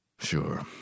Sure